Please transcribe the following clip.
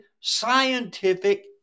scientific